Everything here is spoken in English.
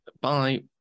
Bye